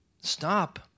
stop